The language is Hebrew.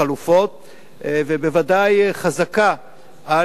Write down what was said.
ובוודאי חזקה על עיריית ירושלים,